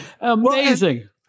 Amazing